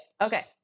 okay